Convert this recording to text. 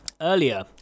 Earlier